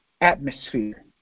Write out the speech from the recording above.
atmosphere